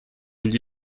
gli